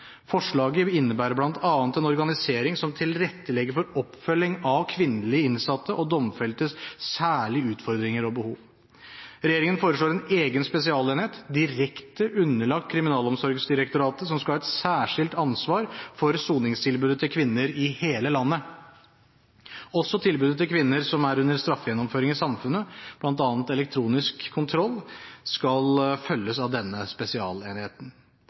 Forslaget innebærer bl.a. en organisering som tilrettelegger for oppfølging av kvinnelige innsatte og domfeltes særlige utfordringer og behov. Regjeringen foreslår en egen spesialenhet direkte underlagt Kriminalomsorgsdirektoratet, som skal ha et særskilt ansvar for soningstilbudet til kvinner i hele landet. Også tilbudet til kvinner som er under straffegjennomføring i samfunnet, bl.a. elektronisk kontroll, skal følges av denne spesialenheten.